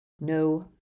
No